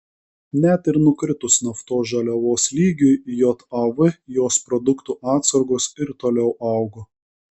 net ir nukritus naftos žaliavos lygiui jav jos produktų atsargos ir toliau augo